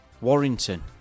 Warrington